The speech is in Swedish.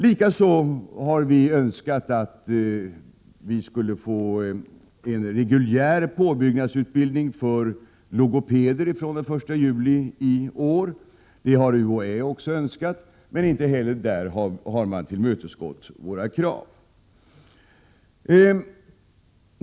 Likaså har vi önskat att det från den 1 juli i år skulle bli en reguljär påbyggnadsutbildning för logopeder. UHÄ har önskat detsamma, men inte heller på denna punkt har man tillmötesgått våra krav.